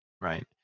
right